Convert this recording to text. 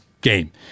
game